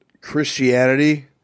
Christianity